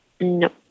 No